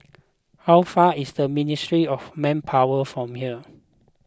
how far away is Ministry of Manpower from here